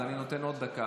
אז אני נותן עוד דקה,